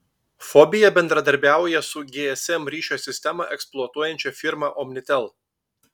fobija bendradarbiauja su gsm ryšio sistemą eksploatuojančia firma omnitel